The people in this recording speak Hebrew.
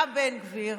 בא בן גביר,